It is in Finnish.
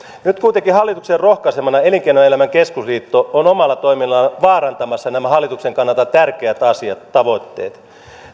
nyt kuitenkin hallituksen rohkaisemana elinkeinoelämän keskusliitto on omalla toiminnallaan vaarantamassa nämä hallituksen kannalta tärkeät tavoitteet